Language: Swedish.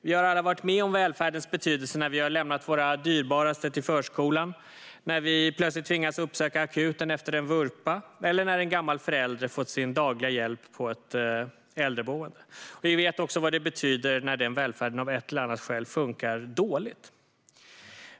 Vi har alla varit med om välfärdens betydelse när vi har lämnat våra dyrbaraste till förskolan, när vi plötsligt tvingats uppsöka akuten efter en vurpa eller när en gammal förälder fått sin dagliga hjälp på ett äldreboende. Vi vet också vad det betyder när den välfärden av ett eller annat skäl funkar dåligt.